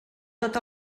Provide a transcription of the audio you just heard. tot